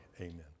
Amen